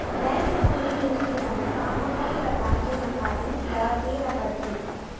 Bank से पूंजी भेजे के समय फॉर्म म कौन परकार के जानकारी ल दे ला पड़थे?